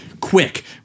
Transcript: quick